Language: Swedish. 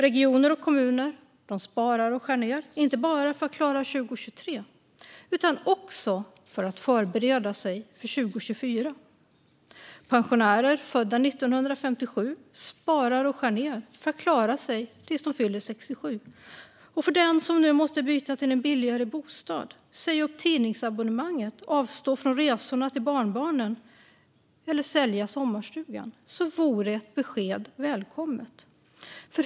Regioner och kommuner sparar och skär ned, inte bara för att klara 2023 utan också för att förbereda sig för 2024. Pensionärer födda 1957 sparar och skär ned för att klara sig tills de fyller 67, och för den som nu måste byta till en billigare bostad, säga upp tidningsabonnemanget, avstå från resorna till barnbarnen eller sälja sommarstugan vore ett besked välkommet.